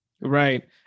Right